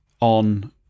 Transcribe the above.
on